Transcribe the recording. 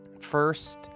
First